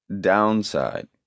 downside